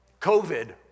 COVID